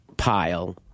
pile